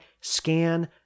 scan